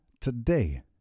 today